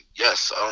Yes